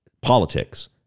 politics